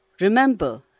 Remember